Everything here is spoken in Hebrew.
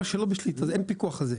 אין פיקוח על זה.